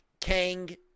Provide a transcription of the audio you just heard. Kang